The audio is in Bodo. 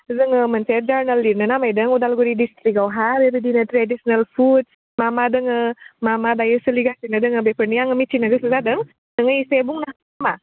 जोङो मोनसे जारनाल लिरनो नागिरदों उदालगुरि डिस्ट्रिक्टआवहा बेबायदि ट्रेडिसिनेल फुडस मामा दोङो मा मा दायो सोलिगासिनो दोङो आङो बेफोरनि मिथिनो गोसोजादों नोङो एसे बुंनो हागोन नामा